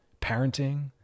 parenting